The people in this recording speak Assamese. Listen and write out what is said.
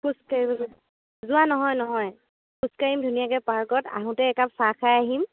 খোজ কাঢ়ি যোৱা নহয় নহয় খোজ কাঢ়িম ধুনীয়াকৈ পাৰ্কত আহোঁতে একাপ চাহ খাই আহিম